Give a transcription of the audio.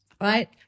Right